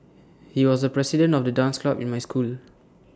he was the president of the dance club in my school